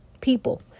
people